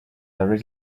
very